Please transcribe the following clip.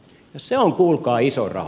se on kuulkaa iso raha